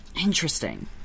interesting